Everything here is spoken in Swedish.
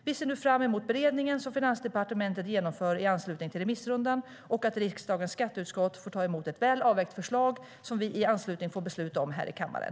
Vi ser nu fram emot beredningen som Finansdepartementet genomför i anslutning till remissrundan och att riksdagens skatteutskott får ta mot ett väl avvägt förslag som vi i anslutning får besluta om här i kammaren.